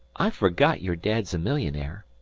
i forgot your dad's a millionaire.